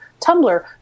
Tumblr